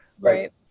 Right